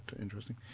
interesting